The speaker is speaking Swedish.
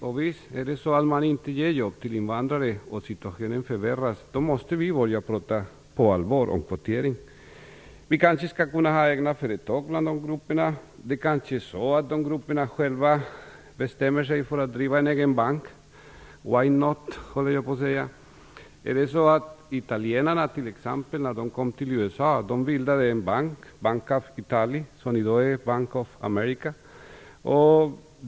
Om det är så att man inte ger jobb till invandrare och situationen förvärras måste vi på allvar börja prata om kvotering. Det kanske skall gå att ha egna företag bland de här grupperna. Det kanske är så att de bestämmer sig för att driva en egen bank. Why not, höll jag på att säga. När t.ex. italienarna kom till USA bildade de en bank, Bank of Italy, som i dag är Bank of America.